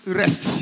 rest